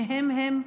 שהם-הם,